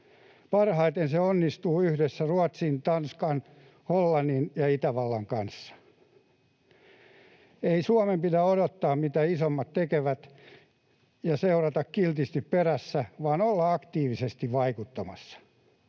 Parhaiten se onnistuu yhdessä Ruotsin, Tanskan, Hollannin ja Itävallan kanssa. Ei Suomen pidä odottaa, mitä isommat tekevät, ja seurata kiltisti perässä, vaan olla aktiivisesti vaikuttamassa.